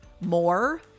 more